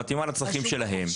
מתאימה לצרכים שלהם.